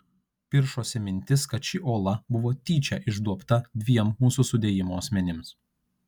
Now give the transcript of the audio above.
piršosi mintis kad ši ola buvo tyčia išduobta dviem mūsų sudėjimo asmenims